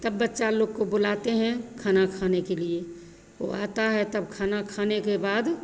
तब बच्चा लोग को बुलाते हैं खाना खाने के लिए वह आता है तब खाना खाने के बाद